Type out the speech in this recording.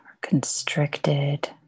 constricted